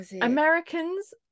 Americans